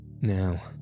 Now